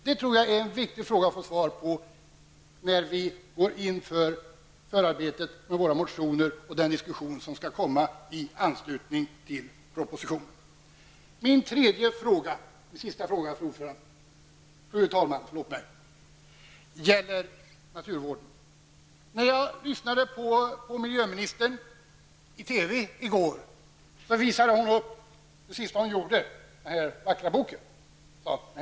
Jag tror att det är en viktig fråga att få svar på innan vi går in i förarbetet med våra motioner och den diskussion som skall föras i anslutning till propositionen. Min tredje och sista fråga, fru talman, gäller naturvården. När jag lyssnade till miljöministern i TV i går visade hon, det sista hon gjorde, upp den här vackra boken.